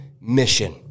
mission